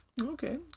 Okay